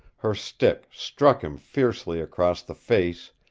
her stick struck him fiercely across the face,